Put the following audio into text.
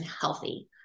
healthy